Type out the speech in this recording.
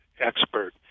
expert